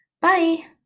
Bye